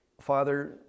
father